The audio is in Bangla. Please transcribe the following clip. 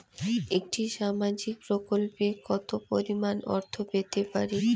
একটি সামাজিক প্রকল্পে কতো পরিমাণ অর্থ পেতে পারি?